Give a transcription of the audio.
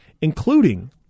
including